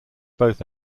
both